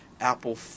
Apple